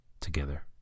Together